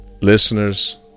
Listeners